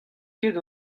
ket